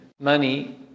money